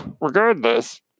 Regardless